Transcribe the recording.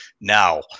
Now